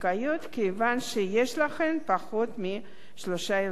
כיוון שיש להן פחות משלושה ילדים.